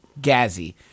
Gazzy